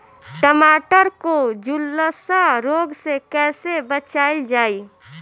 टमाटर को जुलसा रोग से कैसे बचाइल जाइ?